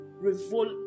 revolt